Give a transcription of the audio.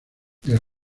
del